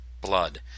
blood